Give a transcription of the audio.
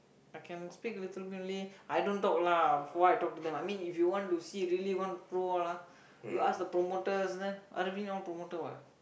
I can speak little bit only I don't talk lah for what I talk to them I mean if you want to see really want pro all ah you ask the promoters there uh Davin know promoter what